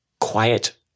quiet